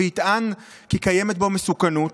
ויטען כי קיימת בו מסוכנות,